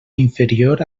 inferior